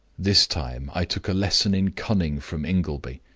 this time i took a lesson in cunning from ingleby.